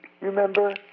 remember